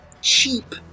cheap